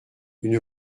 une